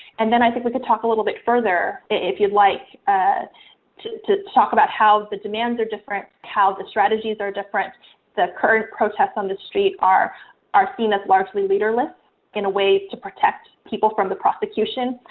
and then i think we could talk a little bit further, if you'd like to to talk about how the demands are different, how the strategies are different. the current protests on the street are are seen as largely leaderless in a way to protect people from the prosecution.